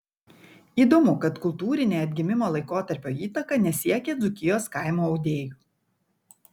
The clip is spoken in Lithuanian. įdomu kad kultūrinė atgimimo laikotarpio įtaka nesiekė dzūkijos kaimo audėjų